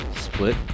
split